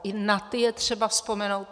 I na ty je třeba vzpomenout.